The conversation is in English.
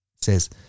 says